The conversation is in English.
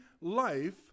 life